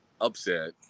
Upset